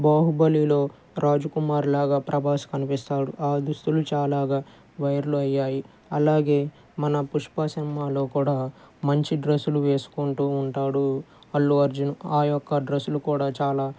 బాహుబలిలో రాజకుమారుడిలాగా ప్రభాస్ కనిపిస్తాడు ఆ దుస్తులు చాలాగా వైరలు అయ్యాయి అలాగే మన పుష్ప సినిమాలో కూడా మంచి డ్రస్సులు వేసుకుంటూ ఉంటాడు అల్లుఅర్జున్ ఆ యొక్క డ్రస్సులు కూడా చాలా